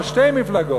או שתי מפלגות,